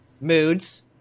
Moods